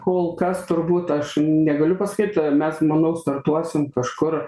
kol kas turbūt aš negaliu pasakyt mes manau startuosim kažkur